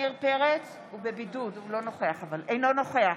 אינו נוכח